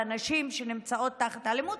לנשים שנמצאות תחת אלימות,